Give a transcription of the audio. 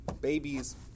babies